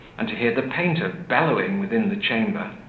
and to hear the painter bellowing within the chamber,